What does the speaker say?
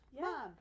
Mom